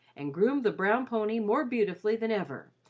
and groomed the brown pony more beautifully than ever,